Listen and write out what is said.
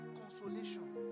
consolation